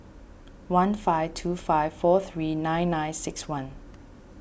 one five two five four three nine nine six one